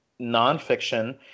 nonfiction